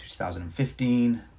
2015